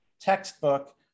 textbook